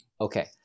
Okay